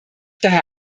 daher